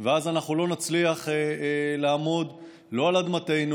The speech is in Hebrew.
ואז אנחנו לא נצליח לעמוד לא על אדמתנו,